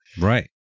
right